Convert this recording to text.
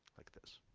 like this